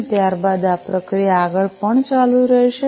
અને ત્યાર બાદ આ પ્રક્રિયા આગળ પણ ચાલુ રહેશે